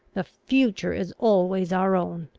the future is always our own.